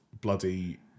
bloody